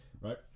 right